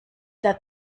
that